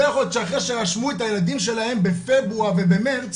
לא יכול להיות שאחרי שרשמו את הילדים שלהם בפברואר ובמרץ,